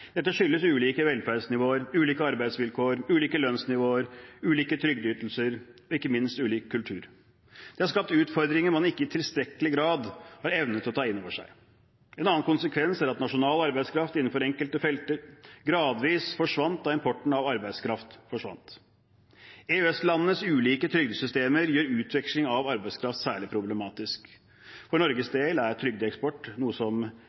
Dette skyldes ulike velferdsnivåer, ulike arbeidsvilkår, ulike lønnsnivåer, ulike trygdeytelser og ikke minst ulik kultur. Det har skapt utfordringer man ikke i tilstrekkelig grad har evnet å ta inn over seg. En annen konsekvens er at nasjonal arbeidskraft innenfor enkelte felter gradvis forsvant da importen av arbeidskraft forsvant. EØS-landenes ulike trygdesystemer gjør utveksling av arbeidskraft særlig problematisk. For Norges del er trygdeeksport noe som